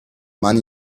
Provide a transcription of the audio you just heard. man